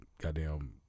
goddamn